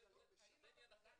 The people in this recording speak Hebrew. זה עניין אחר.